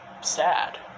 sad